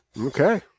okay